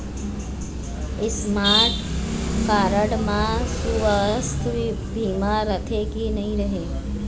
Smart card म सुवास्थ बीमा रथे की नई रहे?